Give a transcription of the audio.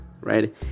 right